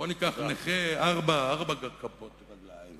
בוא ניקח נכה ארבע כפות רגליים.